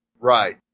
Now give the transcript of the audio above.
Right